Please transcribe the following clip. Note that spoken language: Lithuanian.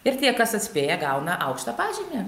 ir tie kas atspėja gauna aukštą pažymį